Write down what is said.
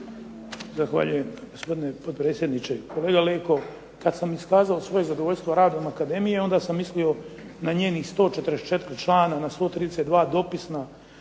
Zahvaljujem gospodine potpredsjedniče. Kolega Leko, kad sam iskazao svoje zadovoljstvo radom akademije, onda sam mislio na njenih 144 člana, na 132 dopisna,